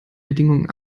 bedingungen